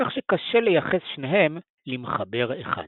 כך שקשה לייחס שניהם למחבר אחד.